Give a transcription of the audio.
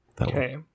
Okay